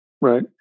Right